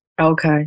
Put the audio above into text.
Okay